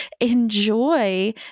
enjoy